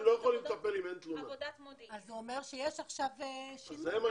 אנחנו המלצנו והוא אומר שזה קיים.